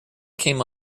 came